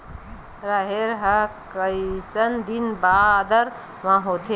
राहेर ह कइसन दिन बादर म होथे?